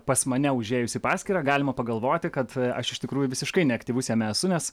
pas mane užėjus į paskyrą galima pagalvoti kad aš iš tikrųjų visiškai neaktyvus jame esu nes